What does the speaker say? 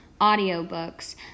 audiobooks